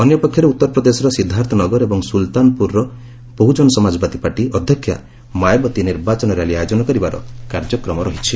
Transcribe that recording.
ଅନ୍ୟ ପକ୍ଷରେ ଉତ୍ତରପ୍ରଦେଶର ସିଦ୍ଧାର୍ଥ ନଗର ଏବଂ ସ୍କୁଲତାନପୁରର ବହୁଜନ ସମାଜବାଦୀ ପାର୍ଟି ଅଧ୍ୟକ୍ଷା ମାୟାବତୀ ନିର୍ବାଚନୀ ର୍ୟାଲି ଆୟୋଜନ କରିବାର କାର୍ଯ୍ୟକ୍ରମ ରହିଛି